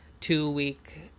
two-week